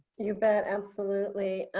you bet, absolutely.